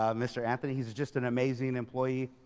um mr. anthony, he's just an amazing employee.